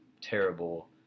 terrible